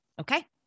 okay